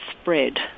spread